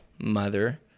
mother